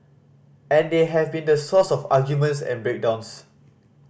and they have been the source of arguments and break downs